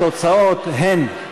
התוצאות הן: